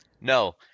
No